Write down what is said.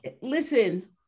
Listen